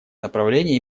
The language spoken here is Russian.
направление